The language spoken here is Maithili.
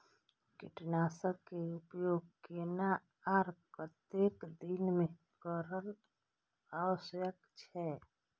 कीटनाशक के उपयोग केना आर कतेक दिन में करब आवश्यक छै?